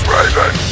Raven